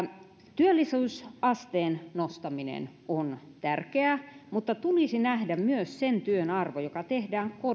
työllisyysasteen nostaminen on tärkeää mutta tulisi nähdä myös sen työn arvo joka tehdään